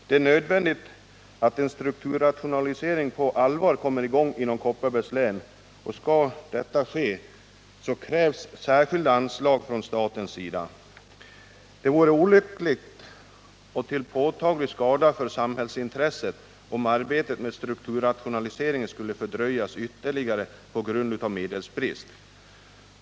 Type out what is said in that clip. Det är nödvändigt att en strukturrationalisering på allvar kommer i gång inom Kopparbergs län, och skall detta ske krävs särskilda anslag från statens sida. Det vore olyckligt och till påtaglig skada för samhällsintresset om arbetet med strukturrationaliseringen skulle fördröjas ytterligare på grund av medelsbrist.